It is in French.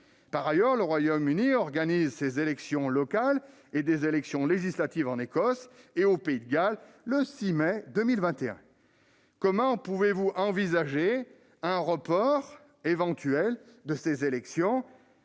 Par ailleurs, le Royaume-Uni organise ses élections locales et des élections législatives en Écosse et au Pays de Galles le 6 mai 2021. Comment pouvez-vous, monsieur le secrétaire d'État, envisager